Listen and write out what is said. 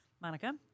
Monica